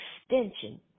extension